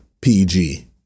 PG